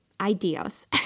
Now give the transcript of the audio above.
ideas